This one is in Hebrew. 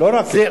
לא רק זה,